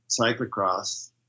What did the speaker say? cyclocross